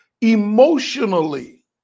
emotionally